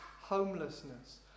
homelessness